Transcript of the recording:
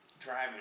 driving